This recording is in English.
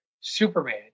Superman